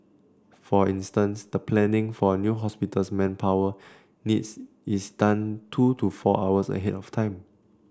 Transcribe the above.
for instance the planning for a new hospital's manpower needs is done two to four hours ahead of time